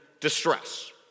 distress